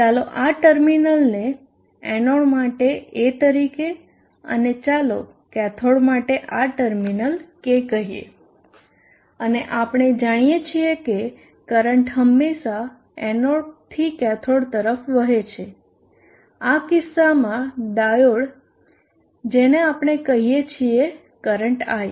ચાલો આ ટર્મિનલને એનોડ માટે A તરીકે અને ચાલો કેથોડ માટે આ ટર્મિનલ K કહીએ અને આપણે જાણીએ છીએ કરંટ હંમેશાં એનોડથી કેથોડ તરફ વહે છે આ કિસ્સામાં ડાયોડ જેને આપણે આ કહીએ છીએ કરંટ I